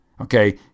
okay